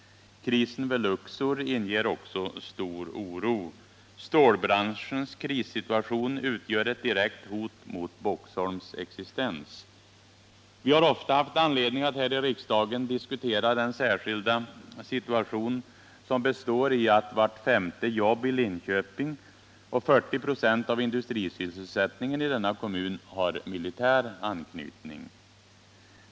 Krisen vid Luxor inger också stor oro. Stålbranschens krissituation utgör ett direkt hot mot Boxholms existens. Vi har ofta haft anledning att här i riksdagen diskutera den särskilda situation som består i att vart femte jobb i Linköping och 4096 av industrisysselsättningen i denna kommun har militär anknytning.